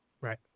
Right